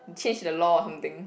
change the law or something